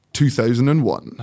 2001